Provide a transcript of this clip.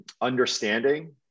understanding